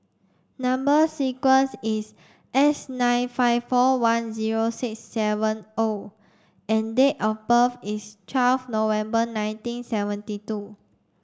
number sequence is S nine five four one zero six seven O and date of birth is twelve November nineteen seventy two